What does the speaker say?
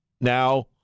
now